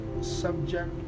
subject